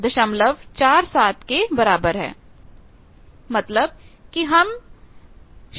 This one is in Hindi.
मतलब कि अब हमें शंट स्टब लेना ही पड़ेगा